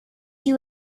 you